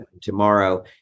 tomorrow